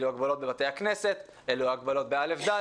אלו ההגבלות בבתי הכנסת, אלו ההגבלות בכיתות א'-ד'